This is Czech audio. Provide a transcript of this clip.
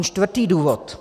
Čtvrtý důvod.